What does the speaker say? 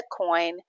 Bitcoin